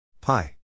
pi